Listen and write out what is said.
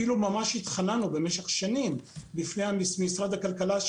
אפילו ממש התחננו במשך שנים בפני משרד הכלכלה,